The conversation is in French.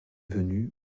venue